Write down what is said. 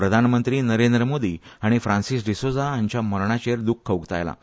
प्रधानमंत्री नरेंद्र मोदी हांणी फ्रांसिस डिसोझा हांच्या मरणाचेर दुख उक्तायलां